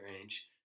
range